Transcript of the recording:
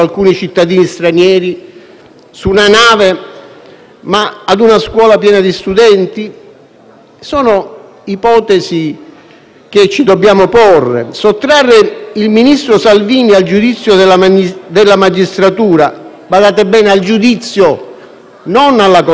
Sono ipotesi che ci dobbiamo porre. Sottrarre il ministro Salvini al giudizio della magistratura - badate bene, al giudizio, non alla condanna - rischia di trasformarsi in un precedente, a mio avviso, pericolosissimo.